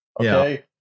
Okay